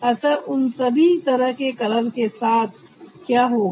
अतः उन सभी तरह के कलर के साथ क्या होगा